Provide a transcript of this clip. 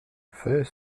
fais